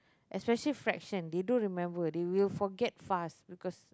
especially fractions they don't remember they will forget fast because